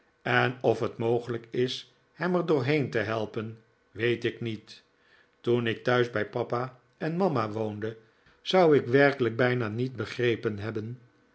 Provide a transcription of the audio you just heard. en of het mogelijk is hem er doorheen te helpen weet ik niet toen ik thuis bij papa en mama woonde zou ik werkelijk bijna niet begrepen hebben